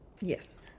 Yes